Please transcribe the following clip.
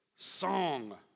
Song